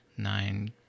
nine